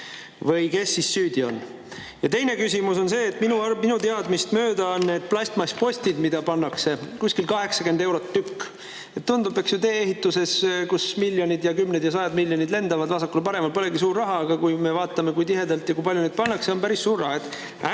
Või kes siis süüdi on? Ja teine küsimus on see, et minu teadmist mööda on need plastmasspostid, mida pannakse, kuskil 80 eurot tükk. Tundub, eks ju, et tee-ehituses, kus miljonid, kümned ja sajad miljonid lendavad vasakule-paremale, polegi see suur raha, aga kui me vaatame, kui tihedalt ja kui palju neid pannakse, on päris suur raha.